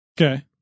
Okay